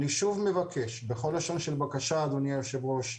אני שוב מבקש בכל לשון של בקשה אדוני היושב ראש,